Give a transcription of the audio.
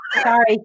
Sorry